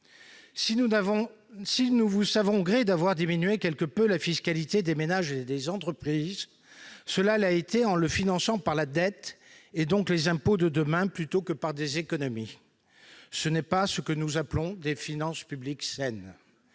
Si nous vous savons gré d'avoir diminué quelque peu la fiscalité des ménages et des entreprises, le Gouvernement a financé ces mesures par la dette, et donc par les impôts de demain, plutôt que par des économies. Ce n'est pas ce que nous appelons des finances publiques saines.